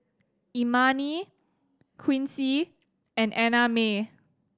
Imani Quincy and Annamae